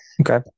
Okay